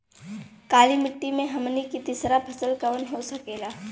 काली मिट्टी में हमनी के तीसरा फसल कवन हो सकेला?